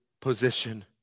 position